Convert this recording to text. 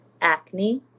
acne